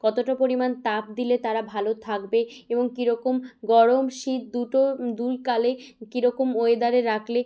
কতটা পরিমাণ তাপ দিলে তারা ভালো থাকবে এবং কীরকম গরম শীত দুটো দুই কালে কীরকম ওয়েদারে রাখলে